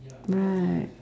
right